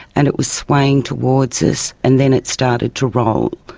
and it was swaying towards us, and then it started to roll.